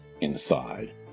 inside